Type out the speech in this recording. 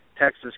Texas